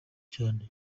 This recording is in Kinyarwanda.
cyane